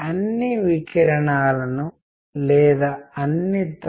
ఇప్పుడు ఈ నైపుణ్యాలను కొలవడం మరియు లెక్కించడం సులభం